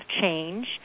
change